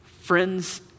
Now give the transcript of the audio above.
Friends